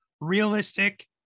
realistic